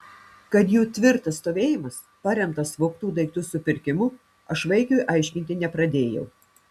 kad jų tvirtas stovėjimas paremtas vogtų daiktų supirkimu aš vaikiui aiškinti nepradėjau